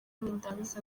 nindangiza